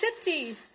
city